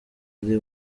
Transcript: wari